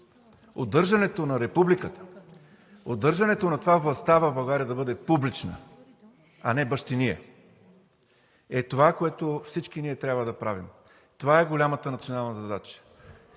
Удържането на Републиката, удържането на това властта в България да бъде публична, а не бащиния, е това, което всички ние трябва да правим. Това е голямата национална задача.